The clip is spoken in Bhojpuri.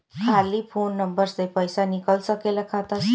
खाली फोन नंबर से पईसा निकल सकेला खाता से?